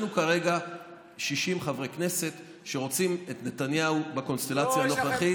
יש לנו כרגע 60 חברי כנסת שרוצים את נתניהו בקונסטלציה הנוכחית,